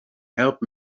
help